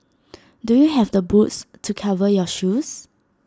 do you have the boots to cover your shoes